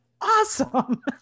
awesome